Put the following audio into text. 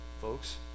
Folks